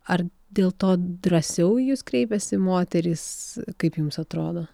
ar dėl to drąsiau į jus kreipiasi moterys kaip jums atrodo